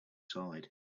side